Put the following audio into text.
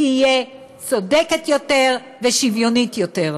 תהיה צודקת יותר ושוויונית יותר.